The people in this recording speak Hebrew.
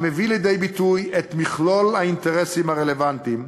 המביא לידי ביטוי את מכלול האינטרסים הרלוונטיים,